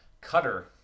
Cutter